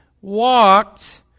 walked